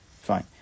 fine